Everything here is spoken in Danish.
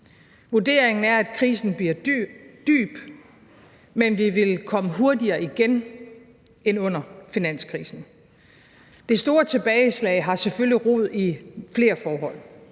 Vurderingen er, at krisen bliver dyb, men at vi vil komme hurtigere igen end under finanskrisen. Det store tilbageslag har selvfølgelig rod i flere forhold.